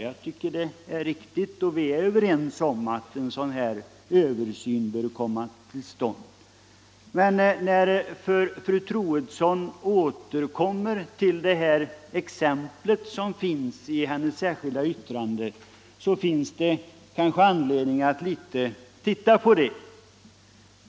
Det tycker jag är riktigt — vi är ju också överens om att en sådan översyn bör komma till stånd. Men eftersom fru Troedsson återkommer till det exempel som finns upptaget i hennes särskilda yttrande, finns det kanske anledning att se litet närmare på det.